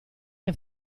che